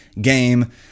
game